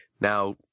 Now